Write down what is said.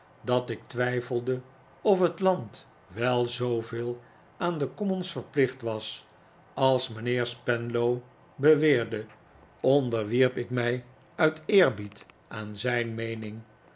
dat ik twijfelde of het land wel zooveel aan de commons verplicht was als mijnheer spenlow beweerde onderwierp ik mij uit eerbied aan zijn meening